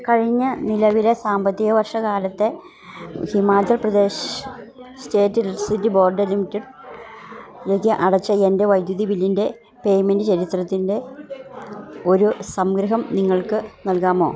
കഴിഞ്ഞ നിലവിലെ സാമ്പത്തിക വർഷകാലത്ത് Himachal Pradesh state electricity board ലിമിറ്റഡിലേക്ക് അടച്ച എൻ്റെ വൈദ്യുതി ബില്ലിൻ്റെ പേയ്മെൻ്റ് ചരിത്രത്തിൻ്റെ ഒരു സംഗ്രഹം നിങ്ങൾക്ക് നൽകാമോ